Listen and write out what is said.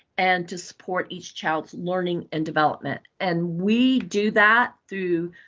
and to support each child's learning and development. and we do that through